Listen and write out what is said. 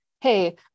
hey